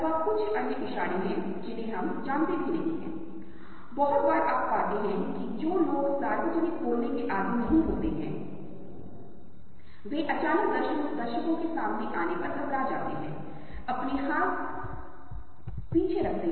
लेकिन आप देखते हैं कि जब हम आंख के बारे में बात कर रहे होते हैं तो हमारे पास रोडस होती हैं जो मोनोक्रोम होती हैं और कम रोशनी में भी सक्रिय होती हैं हमारे पास कोन्स है जो हमें रंग दृष्टि देती हैं लेकिन जैसा कि मैंने आपको बताया था वे सभी संवेदनाओं के बारे में हैं